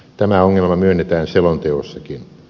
tämä ongelma myönnetään selonteossakin